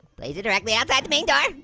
place it directly outside the main door.